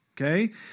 okay